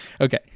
Okay